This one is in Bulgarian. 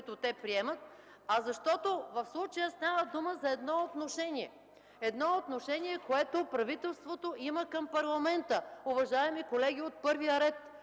които те приемат, а защото в случая става дума за отношение, което правителството има към парламента. Уважаеми колеги от първия ред,